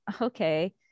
okay